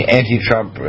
anti-trump